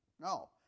No